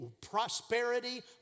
prosperity